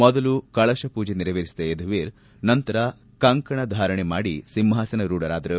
ಮೊದಲು ಕಳಶ ಪೂಜಿ ನೆರವೇರಿಸಿದ ಯಧುವೀರ್ ನಂತರ ಕಂಕಣಧಾರಣೆ ಮಾಡಿ ಸಿಂಹಾಸನ ರೂಢರಾದರು